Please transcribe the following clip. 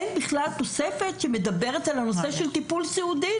אין בכלל תוספת שמדברת על הנושא של טיפול סיעודי,